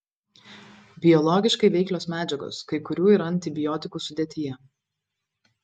biologiškai veiklios medžiagos kai kurių yra antibiotikų sudėtyje